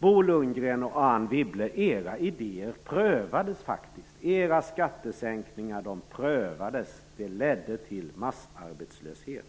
Bo Lundgren och Anne Wibble: Era idéer prövades faktiskt! Era skattesänkningar prövades. Det ledde till massarbetslöshet.